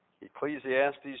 Ecclesiastes